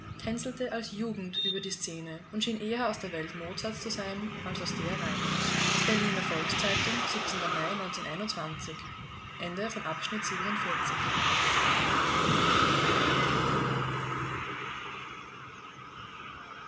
tänzelte als jugend über die szene und schien eher aus der welt mozarts zu sein als aus der raimunds berliner volks-zeitung mai